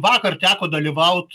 vakar teko dalyvaut